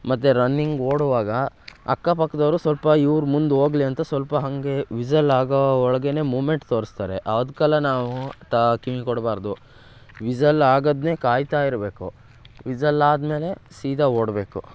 ಮತ್ತು ರನ್ನಿಂಗ್ ಓಡುವಾಗ ಅಕ್ಕಪಕ್ಕದವ್ರು ಸ್ವಲ್ಪ ಇವ್ರು ಮುಂದೆ ಹೋಗ್ಲಿ ಅಂತ ಸ್ವಲ್ಪ ಹಾಗೇ ವಿಝಲ್ ಆಗೋ ಒಳ್ಗೆನೇ ಮೂಮೆಂಟ್ ತೋರಿಸ್ತಾರೆ ಅದ್ಕೆಲ್ಲ ನಾವು ತಾ ಕಿವಿ ಕೊಡಬಾರ್ದು ವಿಝಲ್ ಆಗೋದ್ನೇ ಕಾಯ್ತಾ ಇರಬೇಕು ವಿಝಲ್ ಆದ ಮೇಲೆ ಸೀದಾ ಓಡಬೇಕು